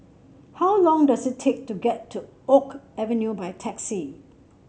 how long does it take to get to Oak Avenue by taxi